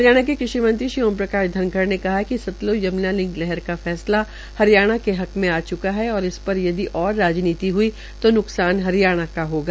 हरियाणा के कृषि मंत्री ओम प्रकाश धनखड़ ने कहा है कि सतल्ज यम्ना लिंक नहर का फैसला हरियाणा के हक में आ च्का है और इस पर यदि ओर राजनीति हई तो न्कसान हरियाणा हो होगा